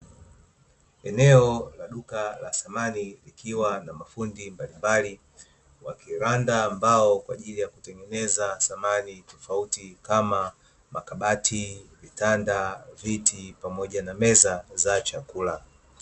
Eneo la duka la samani likiwa na mafundi mbalimbali. Wakiranda mbao kwaajili ya kutengeneza samani tofauti kama makabati, vitianda, viti pamoja na meza za chakula.